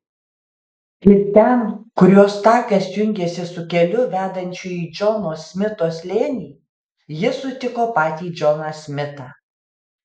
ir ten kur jos takas jungėsi su keliu vedančiu į džono smito slėnį ji sutiko patį džoną smitą